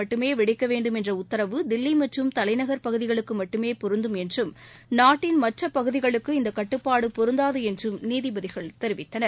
மட்டுமேவெடிக்கவேண்டும் என்றஉத்தரவு தில்லிமற்றும் பகுமைபட்டாசுகள் தலைநகர் பகுதிகளுக்குமட்டுமேபொருந்தும் என்றும் நாட்டின் மற்றபகுதிகளுக்கு இந்தகட்டுப்பாடுபொருந்தாதுஎன்றும் நீதிபதிகள் தெரிவித்தனர்